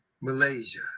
Malaysia